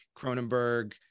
Cronenberg